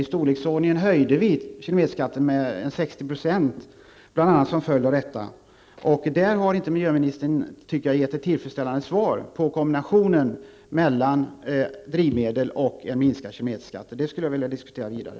Vi höjde kilometerskatten med i storleksordningen 60 %, bl.a. som följd av detta. Jag tycker inte att miljöministern har gett ett tillfredsställande svar på kombinationen mellan drivmedel och en minskad kilometerskatt. Det skulle jag vilja diskutera vidare.